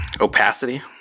opacity